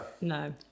no